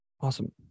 Awesome